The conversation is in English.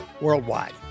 Worldwide